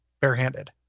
barehanded